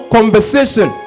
conversation